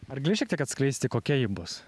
ar gali šiek tiek atskleisti kokia ji bus